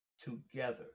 together